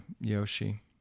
Yoshi